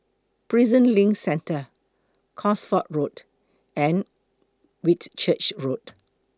Prison LINK Centre Cosford Road and Whitchurch Road